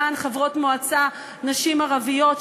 למען חברות מועצה ערביות,